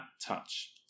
touch